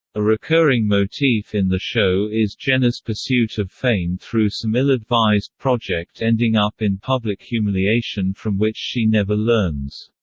a recurring motif in the show is jenna's pursuit of fame through some ill-advised project ending up in public humiliation from which she never learns.